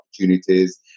opportunities